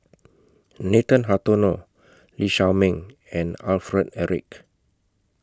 Nathan Hartono Lee Shao Meng and Alfred Eric